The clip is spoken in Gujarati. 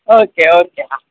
ઓકે ઓકે હા